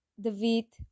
David